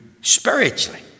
spiritually